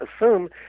assume